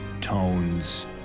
tones